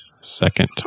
second